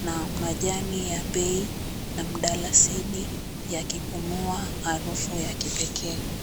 na majani ya bei na mdalasini yakipumua harufu ya kipekee.